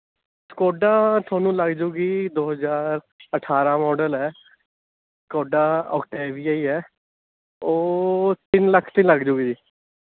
Skoda ਤੁਹਾਨੂੰ ਲੱਗਜੂਗੀ ਦੋ ਹਜ਼ਾਰ ਅਠਾਰਾਂ ਮੋਡਲ ਹੈ ਸਕੋਡਾ ਔਕਟੇਵੀਆ ਹੀ ਹੈ ਉਹ ਤਿੰਨ ਲੱਖ 'ਚ ਲੱਗ ਜਾਵੇਗੀ ਜੀ